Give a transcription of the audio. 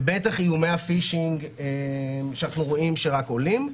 ובטח איומי ה"פישינג", שאנחנו רואים שרק עולים.